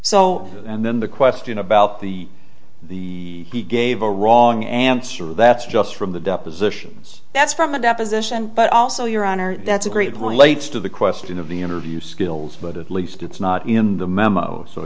so and then the question about the the he gave a wrong answer that's just from the depositions that's from a deposition but also your honor that's a great point lights to the question of the interview skills but at least it's not in the